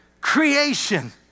creation